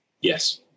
Yes